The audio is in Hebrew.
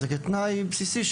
ועומדת כתנאי בסיסי.